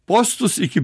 postus iki